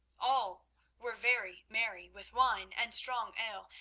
all were very merry with wine and strong ale,